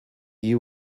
you